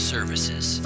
Services